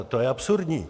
To je absurdní.